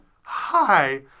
Hi